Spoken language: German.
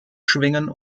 schwingen